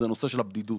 בנושא הבדידות